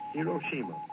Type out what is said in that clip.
Hiroshima